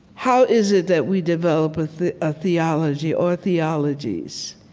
how is it that we develop a theology or theologies